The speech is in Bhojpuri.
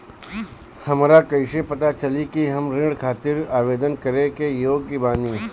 हमरा कईसे पता चली कि हम ऋण खातिर आवेदन करे के योग्य बानी?